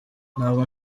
ntabwo